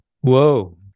Whoa